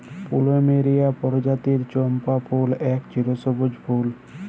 plumeria পরজাতির চম্পা ফুল এক চিরসব্যুজ ফুল